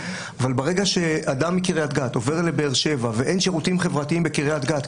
אבל ברגע שאדם מקריית גת עובר לבאר שבע ואין שירותים חברתיים בקריית גת,